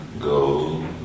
go